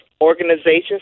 organizations